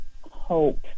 hope